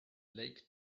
lake